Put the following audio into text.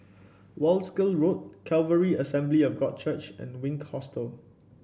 Wolskel Road Calvary Assembly of God Church and Wink Hostel